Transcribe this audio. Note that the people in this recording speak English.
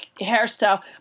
hairstyle